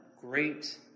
great